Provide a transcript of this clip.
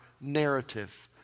narrative